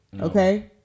okay